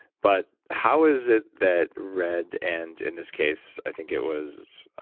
but how is it that red, and in this case, i think it was.